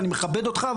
ואני מכבד אותך,